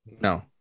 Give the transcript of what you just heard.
No